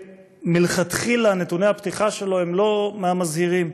ומלכתחילה נתוני הפתיחה שלו אינם מהמזהירים.